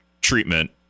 treatment